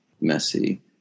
messy